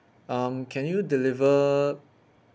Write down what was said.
um can you deliver